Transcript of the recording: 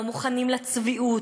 לא מוכנים לצביעות,